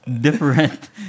different